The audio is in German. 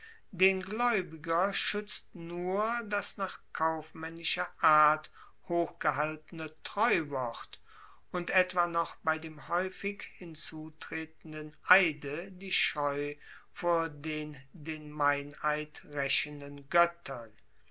den glaeubiger schuetzt nur das nach kaufmaennischer art hochgehaltene treuwort und etwa noch bei dem haeufig hinzutretenden eide die scheu vor den den meineid raechenden goettern